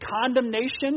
condemnation